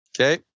Okay